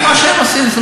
זה מה שהם עושים.